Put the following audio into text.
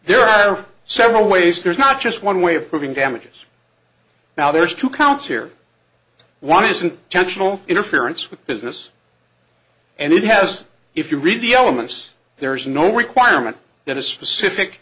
there are several ways there's not just one way of proving damages now there's two counts here one isn't tensional interference with business and it has if you read the elements there is no requirement that a specific